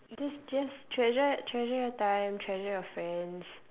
just just treasure treasure your time treasure your friends